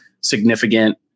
significant